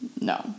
No